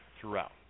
throughout